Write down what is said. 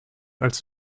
als